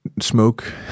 smoke